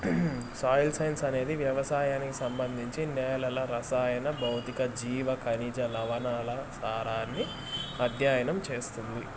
soil science అనేది వ్యవసాయానికి సంబంధించి నేలల రసాయన, భౌతిక, జీవ, ఖనిజ, లవణాల సారాన్ని అధ్యయనం చేస్తుంది